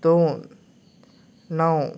दोन णव